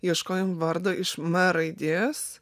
ieškojom vardo iš m raidės